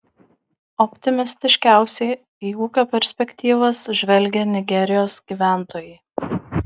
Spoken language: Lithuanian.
optimistiškiausiai į ūkio perspektyvas žvelgia nigerijos gyventojai